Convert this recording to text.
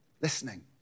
listening